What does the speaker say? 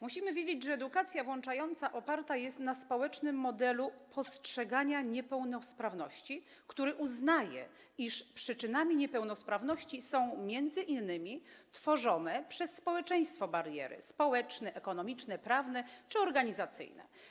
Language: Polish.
Musimy wiedzieć, że edukacja włączająca oparta jest na społecznym modelu postrzegania niepełnosprawności, który uznaje, iż przyczynami niepełnosprawności są m.in. tworzone przez społeczeństwo bariery: społeczne, ekonomiczne, prawne czy organizacyjne.